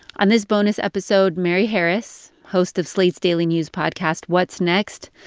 on this bonus episode, mary harris, host of slate's daily news podcast what's next,